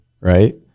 right